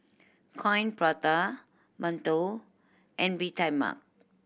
Coin Prata mantou and Bee Tai Mak